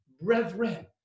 brethren